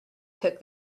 took